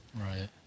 Right